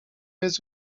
jest